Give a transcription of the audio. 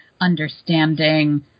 understanding